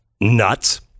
nuts